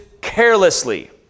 carelessly